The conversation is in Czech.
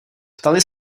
ptali